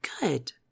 Good